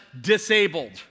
disabled